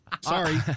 Sorry